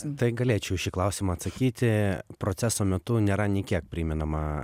tai galėčiau į šį klausimą atsakyti proceso metu nėra nei kiek primenama